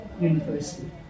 university